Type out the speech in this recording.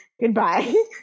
Goodbye